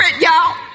y'all